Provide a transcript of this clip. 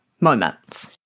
moments